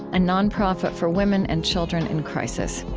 a nonprofit for women and children in crisis.